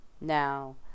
now